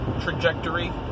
trajectory